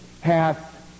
hath